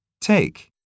Take